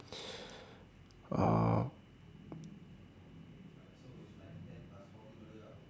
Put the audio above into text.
uh